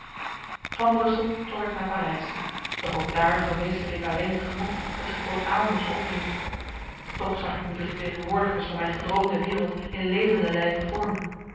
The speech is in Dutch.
van brussel trok ik naar parijs doch ook daar vermeesterde ik alleen het genot dat zich voor een aalmoes opdringt toch zag ik nu de vertegenwoordigers van mijn gedroomde wereld in levende lijve